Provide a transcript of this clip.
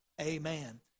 Amen